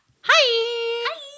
Hi